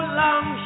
long